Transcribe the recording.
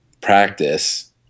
practice